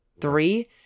three